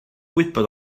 gwybod